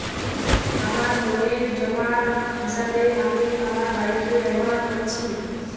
আমার লোনের জামানত হিসেবে আমি আমার বাড়িকে ব্যবহার করেছি